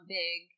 big